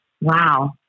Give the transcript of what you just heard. Wow